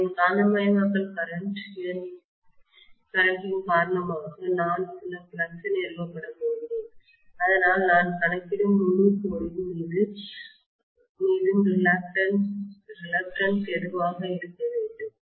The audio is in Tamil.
அதனின் காந்தமயமாக்கல் கரண்ட் இன் காரணமாக நான் சில ஃப்ளக்ஸ் நிறுவப்படப் போகிறேன் அதனால் நான் கணக்கிடும் முழு கோரின் மீதும் ரிலக்டன்ஸ்தயக்கம் எதுவாக இருக்க வேண்டும்